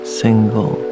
single